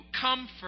comfort